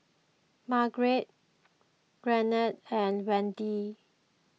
Margrett Garnet and Wende